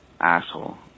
asshole